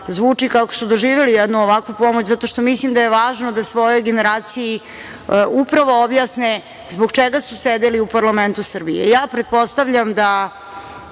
zvuči, kako su doživeli jednu ovakvu pomoć. Zato što mislim da je važno da svojoj generaciji upravo objasne zbog čega su sedeli u parlamentu Srbije. Pretpostavljam da